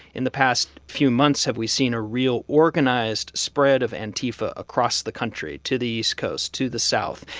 in the past few months, have we seen a real organized spread of antifa across the country to the east coast, to the south.